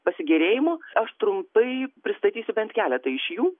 pasigėrėjimo aš trumpai pristatysiu bent keletą iš jų